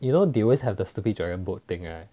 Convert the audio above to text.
you know they always have the stupid dragon boat thing right